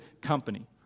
company